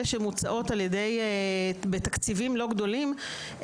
אלה שמוצעות בתקציבים לא גדולים,